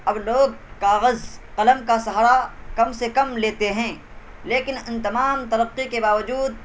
اب لوگ کاغذ قلم کا سہارا کم سے کم لیتے ہیں لیکن ان تمام ترقی کے باوجود